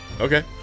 Okay